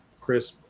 Chris